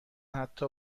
حتی